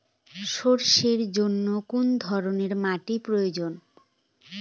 সরষের জন্য কোন ধরনের মাটির প্রয়োজন?